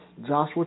Joshua